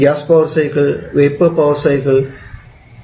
gas power cycle vapour power cycle എന്നിവ